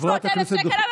300,000 שקל.